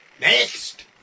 Next